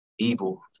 Evil